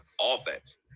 offense